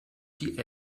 die